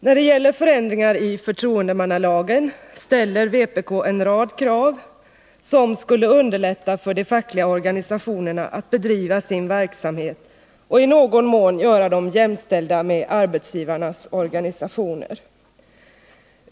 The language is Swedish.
När det gäller förändringar i förtroendemannalagen ställer vpk en rad krav, som skulle underlätta för de fackliga organisationerna att bedriva sin verksamhet och i någon mån göra dem jämställda med arbetsgivarnas organisationer.